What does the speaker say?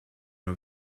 nur